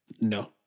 No